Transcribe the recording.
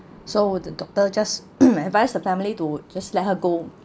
so the doctor just advised the family to just let her go